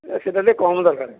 ସେଇଟା ଟିକିଏ କମ୍ ଦରକାର